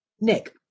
Nick